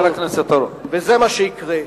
וזה מה שיקרה.